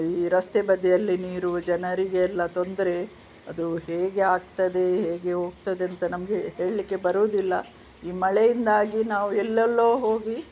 ಈ ರಸ್ತೆ ಬದಿಯಲ್ಲಿ ನೀರು ಜನರಿಗೆ ಎಲ್ಲಾ ತೊಂದರೆ ಅದು ಹೇಗೆ ಆಗ್ತದೆ ಹೇಗೆ ಹೋಗ್ತದೆ ಅಂತ ನಮಗೆ ಹೇಳಲಿಕ್ಕೆ ಬರುವುದಿಲ್ಲ ಈ ಮಳೆಯಿಂದಾಗಿ ನಾವು ಎಲ್ಲೆಲ್ಲೋ ಹೋಗಿ